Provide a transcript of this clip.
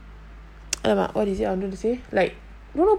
!alamak! what is it I wanted to say like don't open lah